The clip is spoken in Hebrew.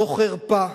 זו חרפה.